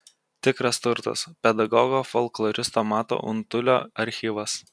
tikras turtas pedagogo folkloristo mato untulio archyvas